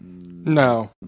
No